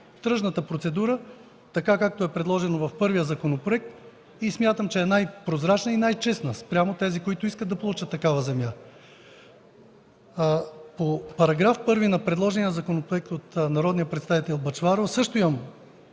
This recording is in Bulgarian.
тръжната процедура, така както е предложено в първия законопроект? Смятам, че тя е най-прозрачна и най-честна спрямо тези, които искат да получат такава земя. По § 1 от предложения законопроект от народния представител Бъчварова